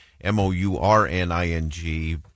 M-O-U-R-N-I-N-G